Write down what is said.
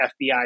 FBI